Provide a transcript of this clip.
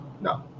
No